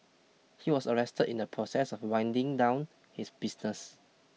he was arrested in the process of winding down his business